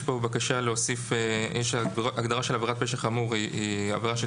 יש כאן הגדרה של עבירת פשע חמור שהיא עבירה של